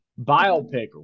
Biopic